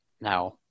Now